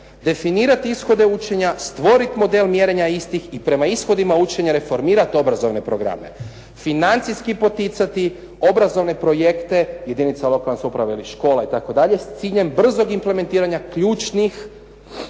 definirati ishode učenja, stvoriti model mjerenja istih i prema ishodima učenja reformirati obrazovne programe, financijski poticati obrazovne projekte jedinica lokalne samouprave ili škola itd. s ciljem brzog implementiranja ključnih